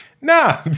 Nah